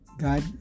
God